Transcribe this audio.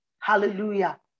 Hallelujah